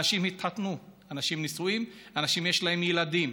אנשים התחתנו, אנשים נשואים, אנשים, יש להם ילדים.